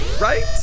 right